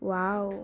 wow